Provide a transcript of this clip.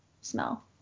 smell